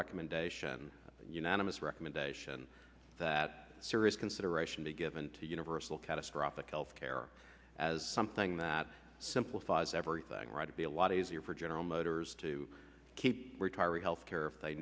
recommendation unanimous recommendation that serious consideration be given to universal catastrophic health care as something that simplifies everything right to be a lot easier for general motors to keep retiree health care if they